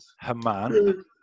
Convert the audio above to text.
Haman